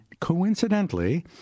coincidentally